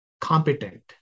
competent